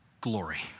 glory